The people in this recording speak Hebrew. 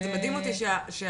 זה מדהים אותי שהמותקף,